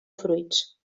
fruits